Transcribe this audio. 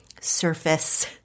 surface